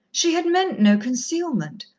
she had meant no concealment.